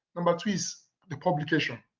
number three is the publication.